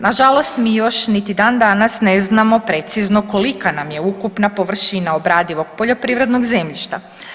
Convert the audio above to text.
Nažalost, mi još niti dan danas ne znamo kolika nam je ukupna površina obradivog poljoprivrednog zemljišta.